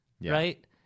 right